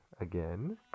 again